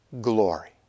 glory